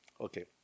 Okay